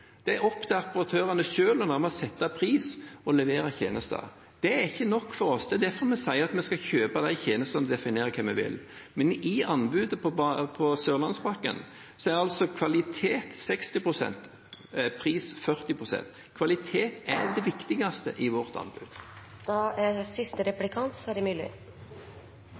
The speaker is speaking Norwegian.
Det er opp til operatørene selv nærmest å sette pris og å levere tjenester. Det er ikke nok for oss. Det er derfor vi sier at vi skal kjøpe disse tjenestene og definere hva vi vil. I anbudet på Sørlandspakken teller kvalitet 60 pst., pris 40 pst. Kvalitet er det viktigste i anbud. Samferdselsministerens jernbanelotteri fortsetter. Og her er